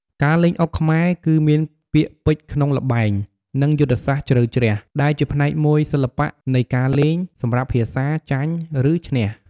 ការលេងអុកខ្មែរ គឺមានពាក្យពេចន៍ក្នុងល្បែង និងយុទ្ធសាស្ត្រជ្រៅជ្រះ ដែលជាផ្នែកមួយសិល្បៈនៃការលេង សម្រាប់ភាសា ចាញ់ ឬ ឈ្នះ។